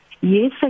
Yes